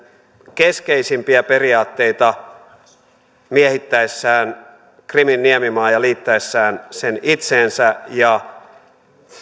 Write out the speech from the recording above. keskeisimpiä periaatteita miehittäessään krimin niemimaan ja liittäessään sen itseensä ja